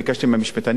ביקשתי מהמשפטנים,